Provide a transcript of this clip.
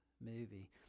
movie